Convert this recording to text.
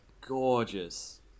gorgeous